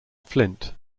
flint